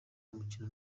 umukino